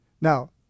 Now